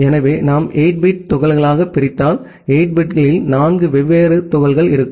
எனவே நாம் 8 பிட் துகள்களாகப் பிரித்தால் 8 பிட்களில் நான்கு வெவ்வேறு துகள்கள் இருக்கும்